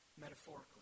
metaphorically